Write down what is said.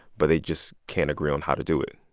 but they just can't agree on how to do it.